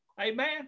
Amen